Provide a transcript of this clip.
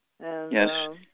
Yes